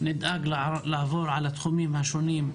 לעבור על התחומים השונים,